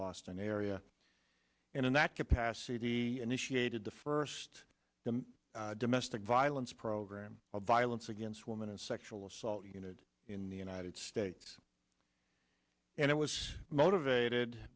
boston area and in that capacity an issue aided the first domestic violence program of violence against women and sexual assault unit in the united states and it was motivated